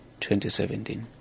2017